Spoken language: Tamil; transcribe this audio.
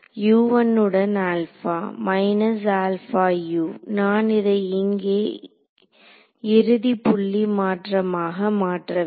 உடன் நான் இதை இங்கே இறுதி புள்ளி மாற்றமாக மாற்றவேண்டும்